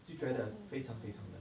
就觉得非常非常的